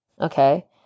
Okay